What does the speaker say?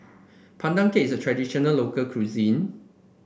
Pandan Cake is a traditional local cuisine